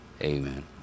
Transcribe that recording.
Amen